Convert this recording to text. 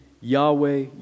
Yahweh